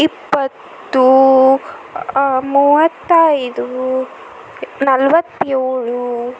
ಇಪ್ಪತ್ತು ಮೂವತ್ತ ಐದು ನಲ್ವತ್ತೇಳು